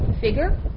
figure